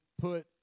put